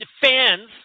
fans